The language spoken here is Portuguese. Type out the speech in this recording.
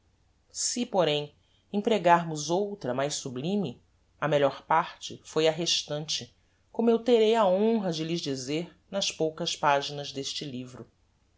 si porém empregarmos outra mais sublime a melhor parte foi a restante como eu terei a honra de lhes dizer nas poucas paginas deste livro